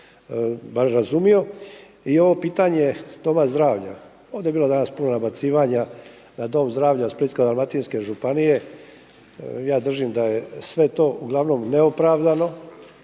I ovo pitanje doma zdravlja, ovdje je bilo danas puno nabacivanja da dom zdravlja Splitsko-dalmatinske županije, ja držim da je sve to uglavnom neopravdano.